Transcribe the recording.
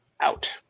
out